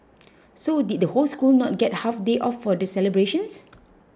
so did the whole school not get half day off for the celebrations